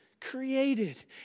Created